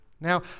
Now